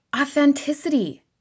authenticity